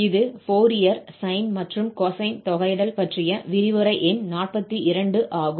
இது Fourier sine மற்றும் cosine தொகையிடல் பற்றிய விரிவுரை எண் 42 ஆகும்